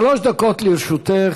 שלוש דקות לרשותך.